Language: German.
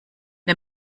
der